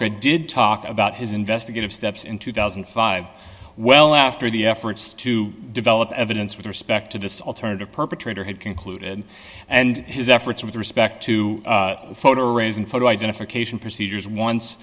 rocha did talk about his investigative steps in two thousand and five well after the efforts to develop evidence with respect to this alternative perpetrator had concluded and his efforts with respect to photo raising photo identification procedures once